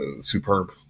superb